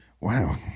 Wow